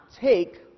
take